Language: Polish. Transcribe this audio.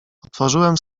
otworzyłem